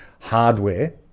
hardware